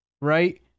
right